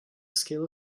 scale